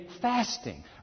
fasting